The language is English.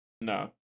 No